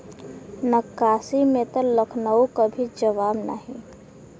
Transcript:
नक्काशी में त लखनऊ क भी जवाब नाही